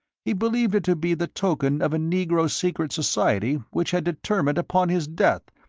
he believed it to be the token of a negro secret society which had determined upon his death,